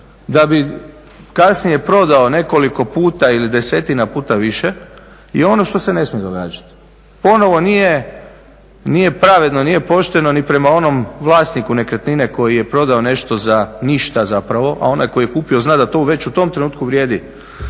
da bi kasnije prodao nekoliko puta ili desetina puta više je ono što se ne smije događati. Ponovno nije pravedno, nije pošteno ni prema onom vlasniku nekretnine koji je prodao nešto za ništa zapravo a onaj koji je kupio zna da to već u tom trenutku vrijedi